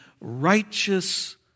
righteous